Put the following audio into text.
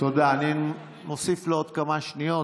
לא נכון,